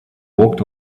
walked